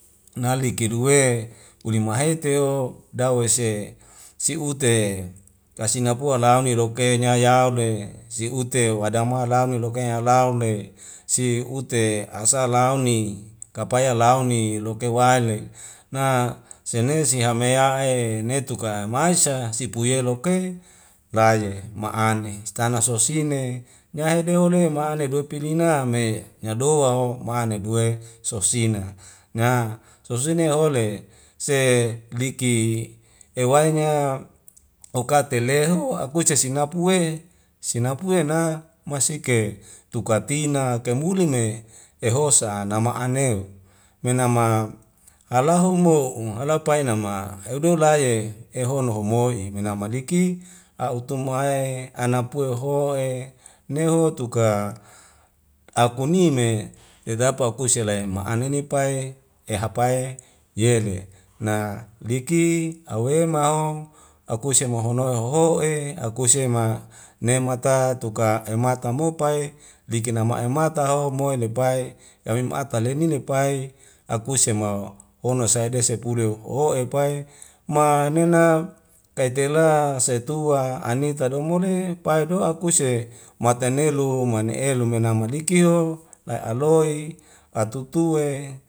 Naliki duwe ulimaheteo dawese si'ute kasi napua la'aune loke nyayau le siute wadama laune loke laule si'ute asa launi kapaya laun ni loke wai le' na senesi hameya'e neteku mai sa sipuye loke laye ma'ane stana sosine nyahedehole ma'ane dua pilina me nyadaoa ho ma ne duwe sosina nya sosina hole se liki ewainya okate leho akuse sesinapue sinapue na masike tuka tina kaimuli me ehosa nama aneu menama hala humo' umu hala pai nama heudola ye ehono homo'i e menamaliki a'u tomae anapue hoho'e nehu tuka akunime tetapa akuse selain ma'ane ne pai ehapai yele na liki awema ho akuse mahono hoho'e akuse ma nemata tuka ema tamopai liki nama emataho moe lepai dawei me akal le li lepai akuse mau hono sae deisepulu hoho'e pai manena kaitela saitua anita domode pai do'a kuse mata nelu mana elu menama liki o lai aloi atutuwe